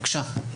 בבקשה.